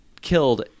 killed